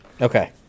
Okay